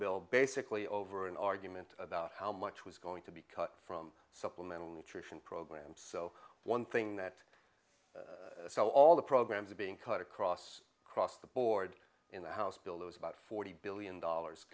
bill basically over an argument about how much was going to be cut from supplemental nutrition program so one thing that so all the programs are being cut across across the board in the house bill that was about forty billion dollars